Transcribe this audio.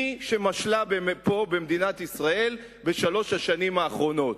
מי שמשלה פה במדינת ישראל בשלוש השנים האחרונות.